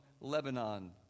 Lebanon